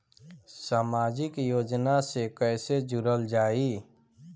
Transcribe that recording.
समाजिक योजना से कैसे जुड़ल जाइ?